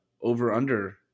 over/under